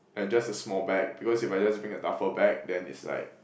like just a small bag because if I just bring a duffel bag then is like